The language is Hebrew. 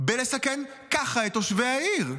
בלסכן ככה את תושבי העיר?